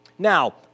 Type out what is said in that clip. Now